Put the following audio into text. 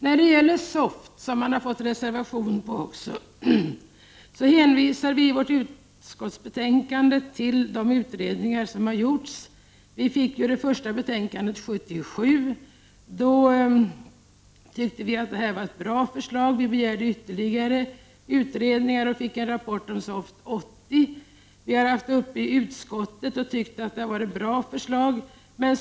När det gäller SOFT, som behandlas i reservation 2, hänvisar vi i utskottsbetänkandet till de utredningar som har gjorts. Det första betänkandet kom 1977. Då tyckte vi att det här var ett bra förslag. Vi begärde ytterligare utredningar och fick en rapport om SOFT 1980. Frågan har varit uppe i utskottet, och vi tyckte att det här var ett bra förslag.